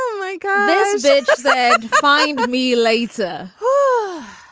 like um message said find me later. but